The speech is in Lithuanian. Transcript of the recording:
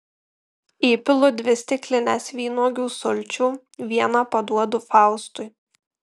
įpilu dvi stiklines vynuogių sulčių vieną paduodu faustui